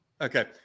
Okay